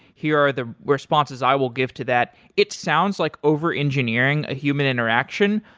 here are the responses i will give to that. it sounds like over-engineering a human interaction,